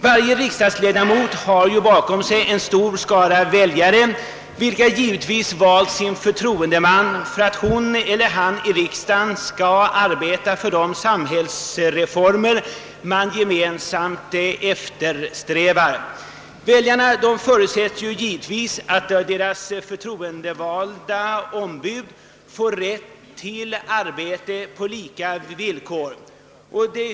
Varje riksdagsledamot har bakom sig en stor skara väljare, som givetvis har valt sin förtroendeman för att han eller hon i riksdagen skall arbeta för de samhällsreformer man gemensamt eftersträvar, Väljarna förutsätter givetvis då att deras förtroendevalda ombud får rätt att arbeta på lika villkor som övriga ledamöter.